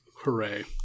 Hooray